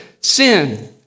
sin